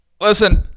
listen